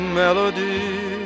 melody